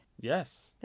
Yes